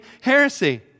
heresy